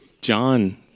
John